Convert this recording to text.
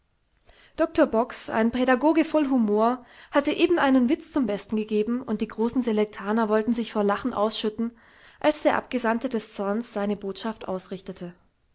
doktor box ein pädagoge voll humor hatte eben einen witz zum besten gegeben und die großen selektaner wollten sich vor lachen ausschütten als der abgesandte des zorns seine botschaft ausrichtete